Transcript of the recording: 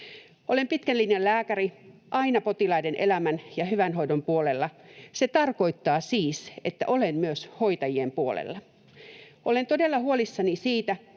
Olen pitkän linjan lääkäri, aina potilaiden elämän ja hyvän hoidon puolella. Se tarkoittaa siis, että olen myös hoitajien puolella. Olen todella huolissani siitä,